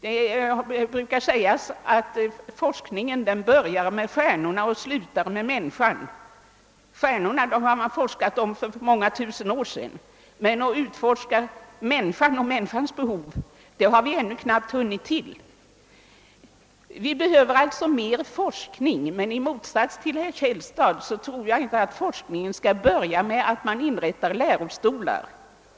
Det brukar sägas att forskningen börjar med stjärnorna och slutar med människan. Stjärnorna har man forskat i sedan många tusen år, men utforskningen av människan och människans behov har ännu knappt hunnit börja. Vi behöver alltså mer forskning, men i motsats till herr Källstad tror jag inte att forskningen skall börja med att man inrättar lärostolar.